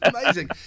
amazing